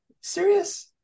Serious